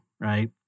right